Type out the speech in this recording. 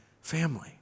family